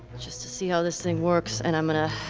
just to see how this thing works and i'm going to,